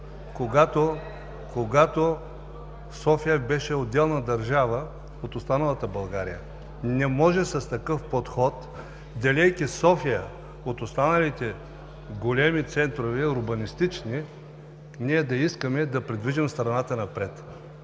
когато София беше отделна държава от останалата България. Не може с такъв подход, делейки София от останалите големи урбанистични центрове, ние да искаме да придвижим страната напред.